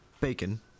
bacon